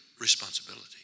responsibility